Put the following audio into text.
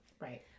Right